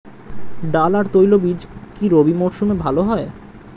ডাল আর তৈলবীজ কি রবি মরশুমে ভালো হয়?